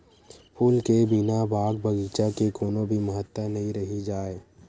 फूल के बिना बाग बगीचा के कोनो भी महत्ता नइ रहि जाए